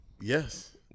yes